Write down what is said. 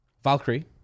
Valkyrie